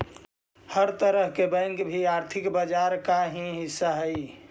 हर तरह के बैंक भी आर्थिक बाजार का ही हिस्सा हइ